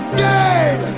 game